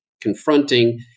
confronting